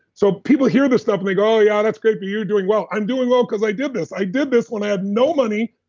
so, people hear this stuff and they go, oh yeah, that's great for you you're doing well, i'm doing well because i did this i did this when i had no money.